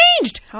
changed